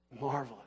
Marvelous